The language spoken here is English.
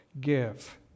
Give